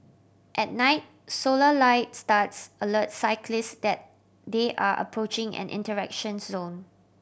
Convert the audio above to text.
at night solar lights studs alerts cyclist that they are approaching an interaction zone